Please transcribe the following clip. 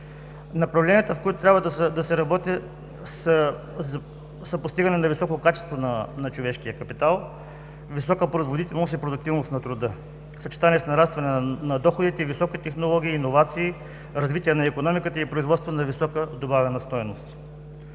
Направленията, в които трябва да се работи, са: постигане на високо качество на човешкия капитал, висока производителност и продуктивност на труда, съчетани с нарастване на доходите, високи технологии, иновации, развитие на икономиката и производство на висока добавена стойност.